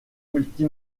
multi